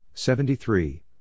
Seventy-three